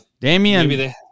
Damian